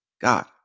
God